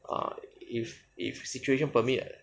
err if if situation permit